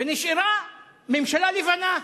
ונשארה ממשלה לבנה.